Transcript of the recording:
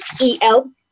E-L